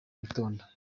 witonda